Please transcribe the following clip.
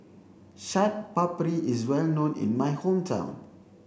Chaat Papri is well known in my hometown